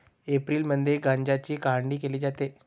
April मे मध्ये गांजाची काढणी केली जाते